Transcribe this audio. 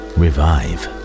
revive